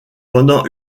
pendant